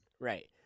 right